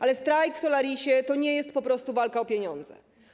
Ale strajk w Solarisie to nie jest po prostu walka o pieniądze.